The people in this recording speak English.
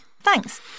thanks